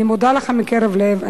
אני מודה לך מקרב לב.